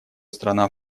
страна